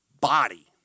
body